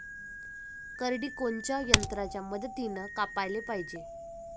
करडी कोनच्या यंत्राच्या मदतीनं कापाले पायजे?